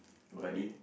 why